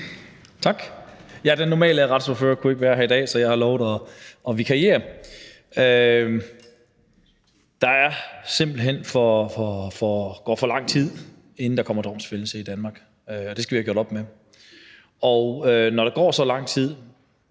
Tak. Den normale retsordfører kunne ikke være her i dag, så jeg har lovet at vikariere. Der går simpelt hen for lang tid, inden der kommer domfældelse i Danmark, og det skal vi have gjort op med. Når der går så lang tid,